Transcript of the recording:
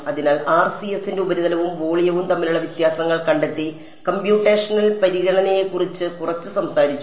അതിനാൽ RCS ന്റെ ഉപരിതലവും വോളിയവും തമ്മിലുള്ള വ്യത്യാസങ്ങൾ കണ്ടെത്തി കമ്പ്യൂട്ടേഷണൽ പരിഗണനകളെക്കുറിച്ച് കുറച്ച് സംസാരിച്ചു